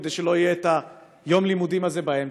כדי שלא יהיה יום הלימודים הזה באמצע,